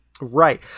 Right